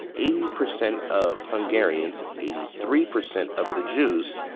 eighty percent of hungarians, eighty three percent of the jews,